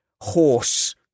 horse